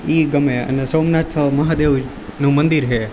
એ ગમે અને સોમનાથ મહાદેવનું મંદિર છે